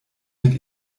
mit